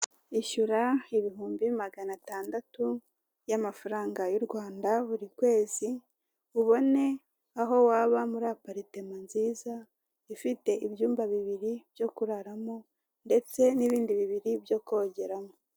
Ishyura ibihumbi magana atandatu y'amafaranga y'u Rwanda buri kwezi, ubone aho waba muri aparitema nziza, ifite ibyumba bibiri byo kuraramo ndetse n'ibindi bibiri byo kogeramo.